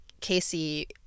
Casey